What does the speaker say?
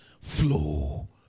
flow